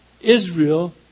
Israel